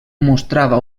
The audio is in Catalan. mostrava